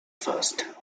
first